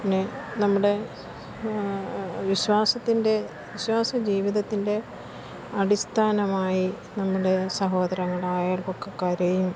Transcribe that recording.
ഇനി നമ്മുടെ വിശ്വാസത്തിൻ്റെ വിശ്വാസജീവിതത്തിൻ്റെ അടിസ്ഥാനമായി നമ്മുടെ സഹോദരങ്ങള് അയൽവക്കക്കാരേയും